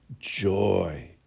joy